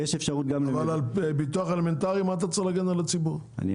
אבל למה צריך להגן על הציבור בביטוח אלמנטרי?